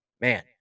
Man